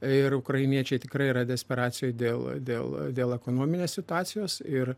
ir ukrainiečiai tikrai yra desperacijoje dėl dėl dėl ekonominės situacijos ir